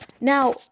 now